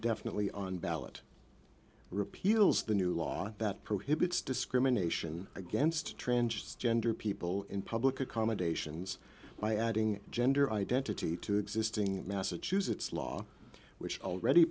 definitely on ballot repeals the new law that prohibits discrimination against a transgender people in public accommodations by adding gender identity to existing massachusetts law which already